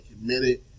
committed